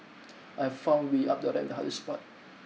I found wheel up the ramp the hardest part